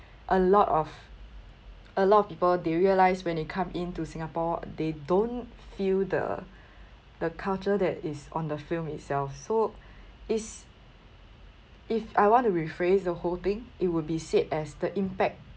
a lot of a lot of people they realise when they come into singapore they don't feel the the culture that is on the film itself so it's if I want to rephrase the whole thing it would be said as the impact